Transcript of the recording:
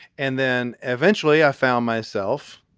and then eventually i found myself.